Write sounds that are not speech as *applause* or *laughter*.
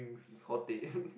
hot teh *laughs*